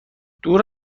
دور